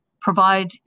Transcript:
provide